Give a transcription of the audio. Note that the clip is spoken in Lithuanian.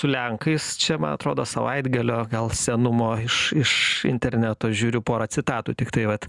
su lenkais čia man atrodo savaitgalio gal senumo iš iš interneto žiūriu pora citatų tiktai vat